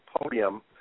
podium